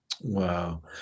Wow